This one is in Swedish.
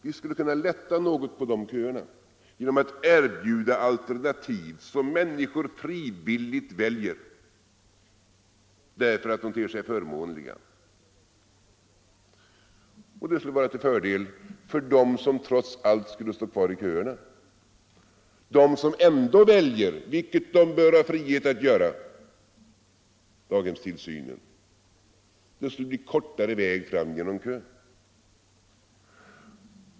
Vi skulle kunna lätta något på de köerna genom att erbjuda alternativ som människor frivilligt väljer därför att de ter sig förmånliga. Det skulle vara till fördel för dem som trots allt skulle stå kvar i köerna, dvs. de som ändå väljer —- vilket de bör ha friheten att göra - daghemstillsynen. Det skulle för dem bli en kortare väg fram genom kön.